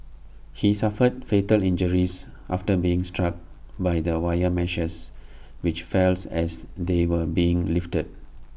he suffered fatal injuries after being struck by the wire meshes which fells as they were being lifted